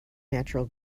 natural